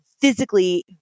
physically